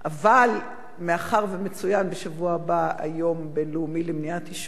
אבל מאחר שבשבוע הבא מצוין היום הבין-לאומי למניעת עישון,